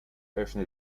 öffne